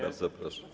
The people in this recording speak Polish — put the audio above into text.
Bardzo proszę.